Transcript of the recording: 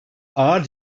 ağır